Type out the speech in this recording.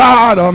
God